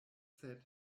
sed